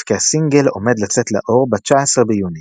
כי הסינגל עומד לצאת לאור ב-19 ביוני.